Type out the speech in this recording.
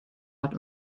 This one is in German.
hat